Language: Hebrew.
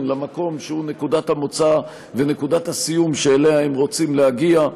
למקום שהוא נקודת המוצא ונקודת הסיום שאליה הם רוצים להגיע.